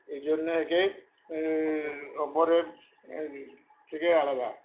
এই জন্য একে অপরের থেকে আলাদা